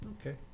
okay